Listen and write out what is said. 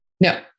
No